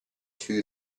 two